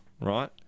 right